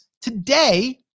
today